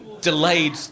delayed